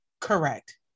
Correct